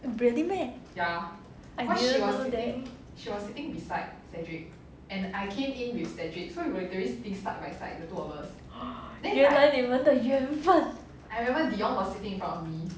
really meh I didn't know that 原来你们的缘分